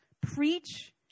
preach